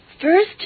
First